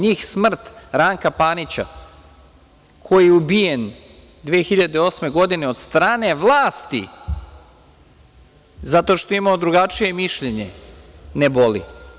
NJih smrt Ranka Panića, koji je ubijen 2008. godine od strane vlasti, zato što je imao drugačije mišljenje, ne boli.